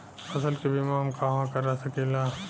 फसल के बिमा हम कहवा करा सकीला?